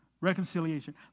Reconciliation